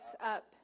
up